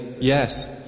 Yes